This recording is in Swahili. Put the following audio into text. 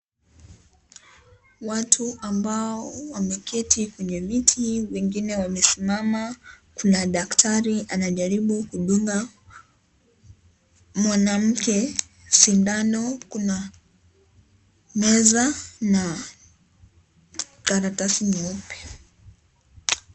Watu ambao wameketi kwenye miti weingine wamesimama, kuna daktari anajaribu kudunga mwanamke sindano, kuna meza na karatasi nyeupe.